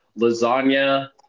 lasagna